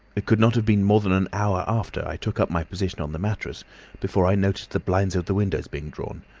it could not have been more than an hour after i took up my position on the mattresses before i noticed the blinds of the windows being drawn,